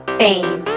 fame